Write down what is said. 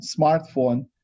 smartphone